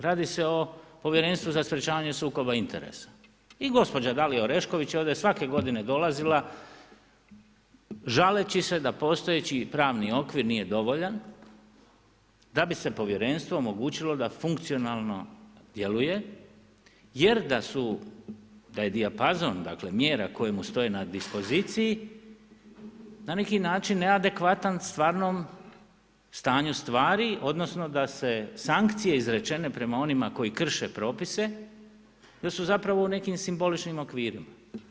Radi se o Povjerenstvu za sprečavanje sukoba interesa i gospođa Dalija Orešković ovdje svake godine dolazila žaleći se da postojeći pravni okvir nije dovoljan da bi se Povjerenstvu omogućilo da funkcionalno djeluje jer da su, da je dijapazon dakle, mjera koje mu stoje na dispoziciji na neki način neadekvatan stvarnom stanju stvari, odnosno da se sankcije izrečene prema onima koji krše propise, da su zapravo u nekim simboličnim okvirima.